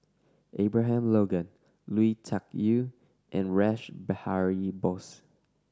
Abraham Logan Lui Tuck Yew and Rash Behari Bose